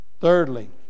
thirdly